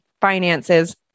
finances